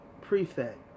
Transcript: prefect